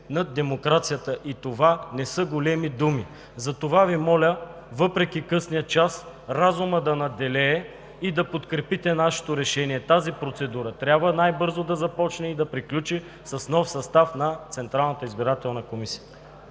над демокрацията и това не са големи думи! Затова Ви моля, въпреки късния час разумът да надделее и да подкрепите нашето решение. Тази процедура трябва най-бързо да започне и да приключи с нов състав на Централната избирателна комисия.